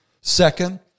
Second